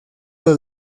los